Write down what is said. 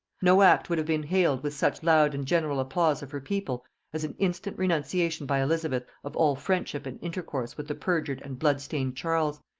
no act would have been hailed with such loud and general applause of her people as an instant renunciation by elizabeth of all friendship and intercourse with the perjured and blood-stained charles,